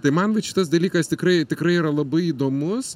tai man vat šitas dalykas tikrai tikrai yra labai įdomus